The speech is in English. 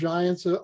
Giants